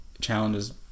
challenges